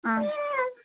آ